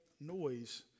noise